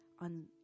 on